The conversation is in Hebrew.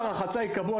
לרחצה.